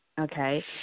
Okay